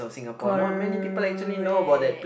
correct